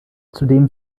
zudem